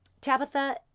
Tabitha